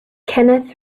kenneth